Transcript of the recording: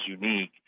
unique